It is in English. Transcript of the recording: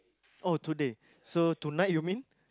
oh today so tonight you mean